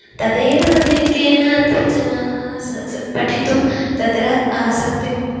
तदेव आधिक्येन अत्र जनाः सः सः पठितुं तत्र आसक्तिं